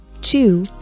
Two